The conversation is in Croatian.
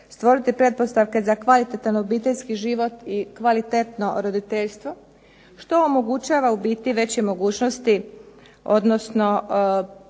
stvoriti pretpostavke za kvalitetan obiteljski život i kvalitetno roditeljstvo što omogućava u biti veće mogućnosti, odnosno pozitivan